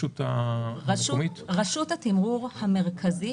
רשות התימרור המרכזית